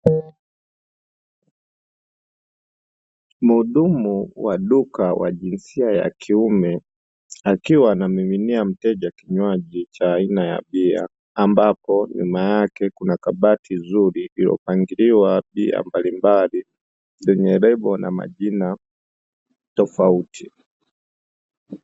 Mhudumu wa duka wa jinsia ya kiume akiwa anammiminia mteja kinywaji cha aina ya bia, ambapo nyuma yake kuna kabati zuri ,lililopangiliwa bia mbalimbali mbali zenye lebo na majina tofauti.